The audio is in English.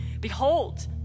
Behold